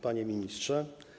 Panie Ministrze!